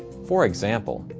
for example,